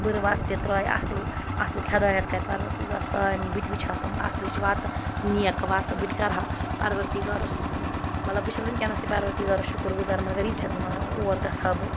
بٔرٕ وَتہٕ تہِ ترٛاوِ اَصٕل اَصلُک ہدایت کَرِ پَروَردِگار سارنٕے بہٕ تہِ وٕچھ ہا تٕمہٕ اَصلٕچ وَتہٕ تم نیک وَتہٕ بہٕ تہِ کَرٕ ہا پَروَردِگارَس مطلب بہٕ چھس وٕنکٮ۪نَس تہِ پَروَردِگارَس شُکُر گُزار مگر یہِ تہِ چھس بہٕ وَنان اور گژھٕ ہا بہٕ